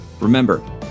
Remember